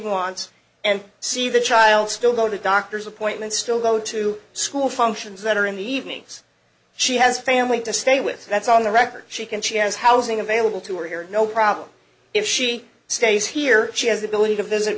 wants and see the child still go to doctor's appointments still go to school functions that are in the evenings she has family to stay with that's on the record she can she has housing available to her here no problem if she stays here she has the ability to visit